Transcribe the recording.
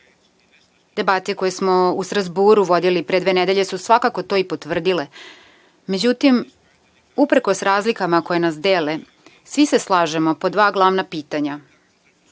Debate koje smo u Strazburu vodili pre dve nedelje su svakako to i potvrdile.Međutim, uprkos razlikama koje nas dele, svi se slažemo po dva glavna pitanja.